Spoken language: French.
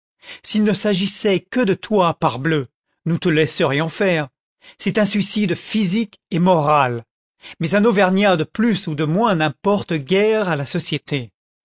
s'il ne s'agissait que de toi parbleu îous te laisserions faire c'est un suicide physique et moral mais un auvergnat de plus ou de moins n'importe guère'à la sociélé